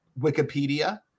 Wikipedia